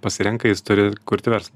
pasirenka jis turi kurti vers